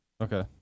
Okay